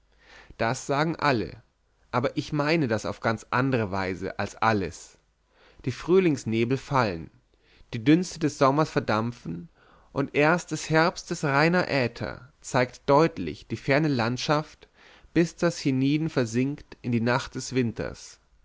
das sagen sie alle aber ich meine das auf andere weise als alle die frühlingsnebel fallen die dünste des sommers verdampfen und erst des herbstes reiner äther zeigt deutlich die ferne landschaft bis das hienieden versinkt in die nacht des winters